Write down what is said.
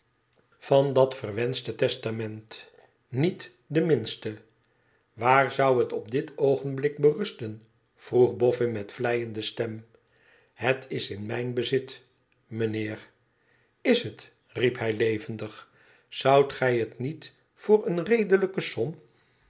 van dat verwenschte testament niet de minste waar zou het op dit oogenblik berusten vroeg boffin met vleiende stem f het is in mijn bezit mijnheer is het riep hij levendig zoudt gij het niet voor eene redelijke som